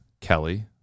Kelly